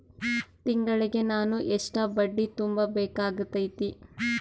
ತಿಂಗಳಿಗೆ ನಾನು ಎಷ್ಟ ಬಡ್ಡಿ ತುಂಬಾ ಬೇಕಾಗತೈತಿ?